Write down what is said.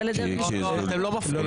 אתם לא מפריעים.